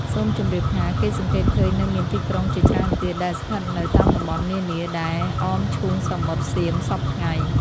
សូមជម្រាបថា គេសង្កេតឃើញនៅមានទីក្រុងជាច្រើនទៀត ដែលស្ថិតនៅ តាមតំបន់នានា ដែលអមឈូងសមុទ្រសៀមសព្វថ្ងៃ។